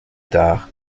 tard